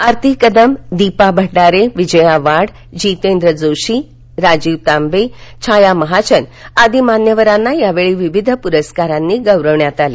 आरती कदम दीपा भंडारे विजया वाड जितेंद्र जोशी राजीव तांबे छाया महाजन आदी मान्यवरांना यावेळी विविध पुरस्कारांनी गौरवण्यात आलं